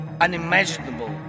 unimaginable